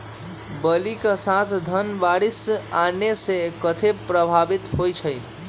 बली क समय धन बारिस आने से कहे पभवित होई छई?